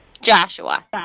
Joshua